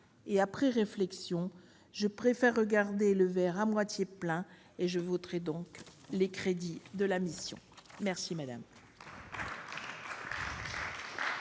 et après réflexion, je préfère voir le verre à moitié plein. Je voterai donc les crédits de la mission. La parole